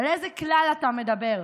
על איזה כלל אתה מדבר?